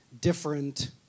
different